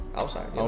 outside